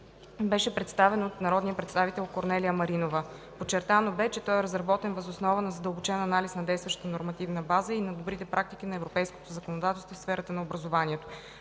беше представен от народния представител Корнелия Маринова. Подчертано бе, че той е разработен въз основа на задълбочен анализ на действащата нормативна база и на добрите практики на европейското законодателство в сферата на образованието.